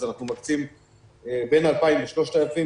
אנחנו מקצים בין 2,000 ל-3,000,